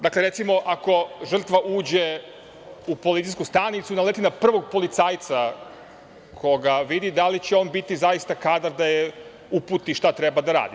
Dakle, recimo ako žrtva uđe u policijsku stanicu, naleti na prvog policajca koga vidi, da li će on zaista biti kadar da je uputi šta treba da radi.